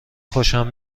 خوشم